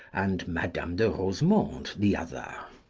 and madame de rosemonde the other.